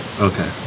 Okay